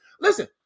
Listen